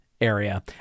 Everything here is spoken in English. area